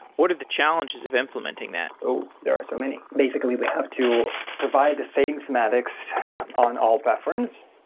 what are the challenges of implementing that? oh, there are so many. basically, we have to provide the same semantics on all platforms,